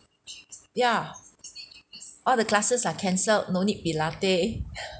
yeah all the classes are cancelled no need pilate